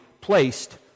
placed